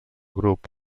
grup